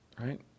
Right